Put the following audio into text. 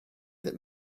that